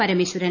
Parameswaran